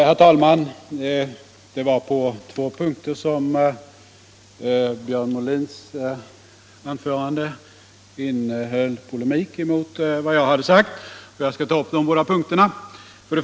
Herr talman! Det var på två punkter som Björn Molins anförande innehöll polemik mot vad jag har sagt, och jag skall ta upp de båda punkterna.